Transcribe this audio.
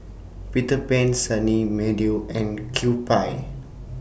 Peter Pan Sunny Meadow and Kewpie